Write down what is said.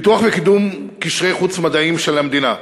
פיתוח וקידום קשרי חוץ מדעיים של המדינה,